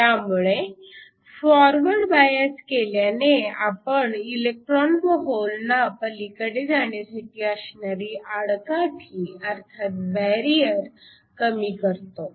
त्यामुळे forward bias केल्याने आपण इलेक्ट्रॉन व होलना पलीकडे जाण्यासाठी असणारी आडकाठी अर्थात बॅरिअर कमी करतो